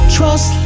Trust